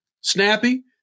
snappy